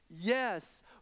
yes